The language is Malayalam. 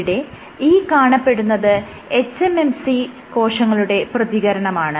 ഇവിടെ ഈ കാണപ്പെടുന്നത് hMSC കോശങ്ങളുടെ പ്രതികരണമാണ്